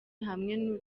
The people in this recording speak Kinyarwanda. hamwe